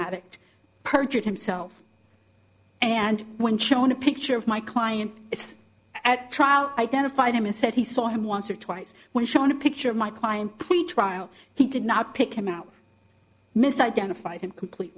addict perjured himself and when shown a picture of my client it's at trial identified him and said he saw him once or twice when shown a picture of my client pretrial he did not pick him out misidentified him complete